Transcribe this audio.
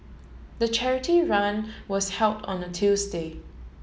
the charity run was held on a Tuesday